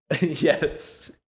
Yes